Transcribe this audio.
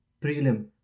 prelim